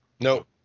Nope